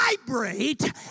vibrate